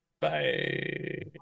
Bye